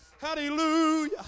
Hallelujah